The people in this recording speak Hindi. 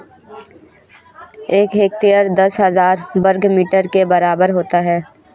एक हेक्टेयर दस हज़ार वर्ग मीटर के बराबर होता है